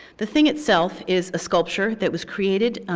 the thing itself is a sculpture that was created,